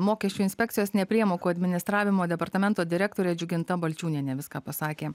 mokesčių inspekcijos nepriemokų administravimo departamento direktorė džiuginta balčiūnienė viską pasakė